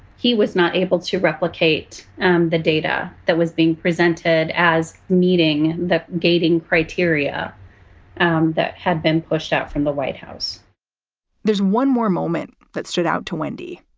he was not able to replicate the data that was being presented as meeting the gating criteria um that had been pushed out from the white house there's one more moment that stood out to wendy.